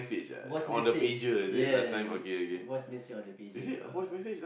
voice message ya voice message on the pager ah